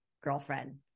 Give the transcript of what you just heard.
girlfriend